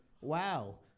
Wow